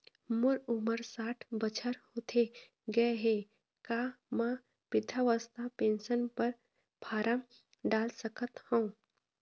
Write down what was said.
मोर उमर साठ बछर होथे गए हे का म वृद्धावस्था पेंशन पर फार्म डाल सकत हंव?